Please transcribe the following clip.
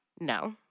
No